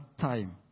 time